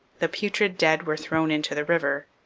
the putrid dead were thrown into the river.